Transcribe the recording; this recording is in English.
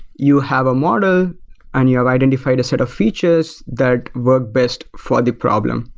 you have a model and you have identified a set of features that work best for the problem.